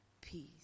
peace